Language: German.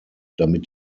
damit